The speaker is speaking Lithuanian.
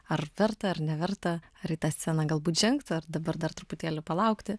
ar verta ar neverta ar į tą sceną galbūt žengt ar dabar dar truputėlį palaukti